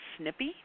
snippy